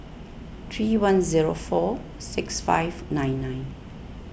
three one zero four six five nine nine